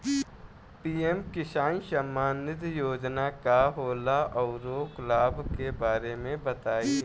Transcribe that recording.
PM Kisan Samman Nidhi योजना का होला औरो लाभ के बारे में बताई?